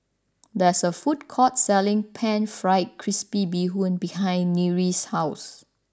there is a food court selling Pan Fried Crispy Bee Hoon behind Nyree's house